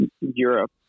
Europe